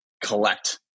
collect